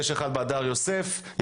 אחד בהדר יוסף,